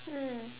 mm